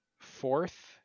fourth